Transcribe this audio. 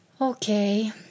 Okay